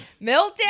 Milton